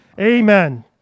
Amen